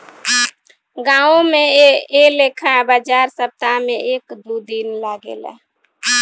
गांवो में ऐ लेखा बाजार सप्ताह में एक दू दिन लागेला